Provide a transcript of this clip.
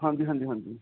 ਹਾਂਜੀ ਹਾਂਜੀ ਹਾਂਜੀ